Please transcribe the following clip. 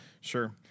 sure